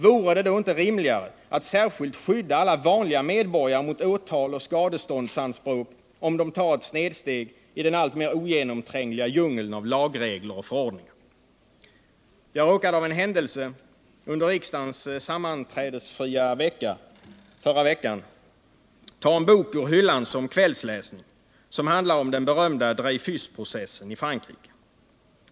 Vore det då inte rimligare att särskilt skydda alla vanliga medborgare mot åtal och skadeståndsanspråk om de tar ett snedsteg i den alltmer ogenomträngliga djungeln av lagregler och förordningar? Jag råkade av en händelse under riksdagens sammanträdesfria vecka — alltså förra veckan — ta en bok ur hyllan som kvällsläsning. Den handlade om den berömda Dreyfusprocessen i Frankrike.